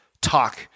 talk